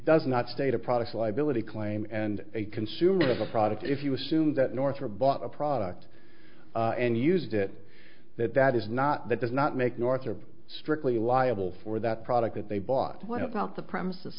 does not state a product liability claim and a consumer of a product if you assume that northrop bought a product and used it that that is not that does not make northrop strictly liable for that product that they bought not the premises